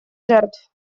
жертв